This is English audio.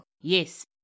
Yes